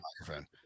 microphone